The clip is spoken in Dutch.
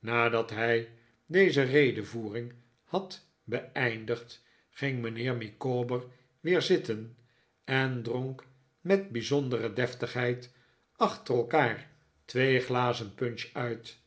nadat hij deze redevoering had beeindigd ging mijnheer micawber weer zitten en dronk met bijzondere deftigheid achter elkaar twee glazen punch uit